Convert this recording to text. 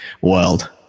world